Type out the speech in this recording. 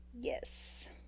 Yes